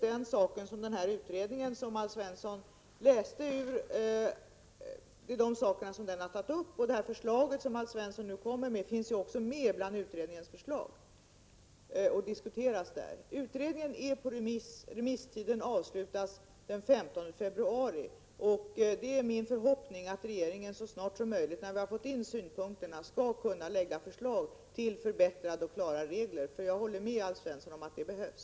Den utredning som Alf Svensson läste ur har tagit upp just den saken, och det förslag som Alf Svensson nu lägger fram finns också med i utredningen och diskuteras där. Utredningen är på remiss. Remisstiden avslutas den 15 februari. Det är min förhoppning att regeringen så snart som möjligt, när vi har fått in synpunkterna, skall kunna lägga fram förslag till förbättrade och klara regler — för jag håller med Alf Svensson om att det behövs.